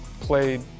played